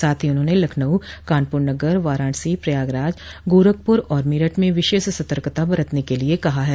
साथ ही उन्होंने लखनऊ कानपुर नगर वाराणसी प्रयागराज गोरखपुर और मेरठ में विशेष सतर्कता बरतने के लिये कहा है